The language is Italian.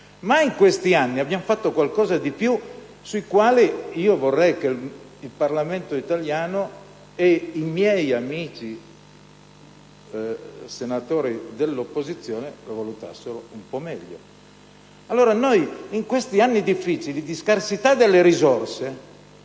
Ma in questi anni abbiamo fatto qualcosa di più, ed io vorrei che il Parlamento italiano e i miei amici senatori dell'opposizione lo valutassero un po' meglio. In questi anni difficili di scarsità di risorse